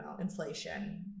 inflation